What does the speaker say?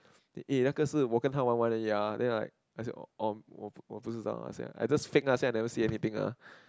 eh 那个是我跟她玩玩而已 ah then like I say um 我我不知道 I say I just fake ah say I never see anything ah